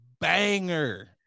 banger